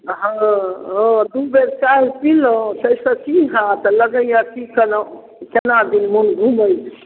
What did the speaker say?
हँ हँ दू बेर चाय पिलहुँ ताहिसँ की हैत लगैए की केनादन मन घूमै छै